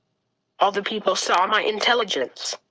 all the people saw my intelligence.